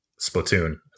Splatoon